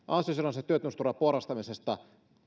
ansiosidonnaisen työttömyysturvan porrastamista